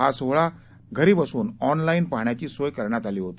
हा सोहळा घरी बसनच ऑनलाईन पाहण्याची सोय करण्यात आली होती